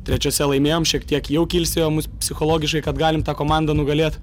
trečiose laimėjom šiek tiek jau kilstelėjo mus psichologiškai kad galim tą komandą nugalėt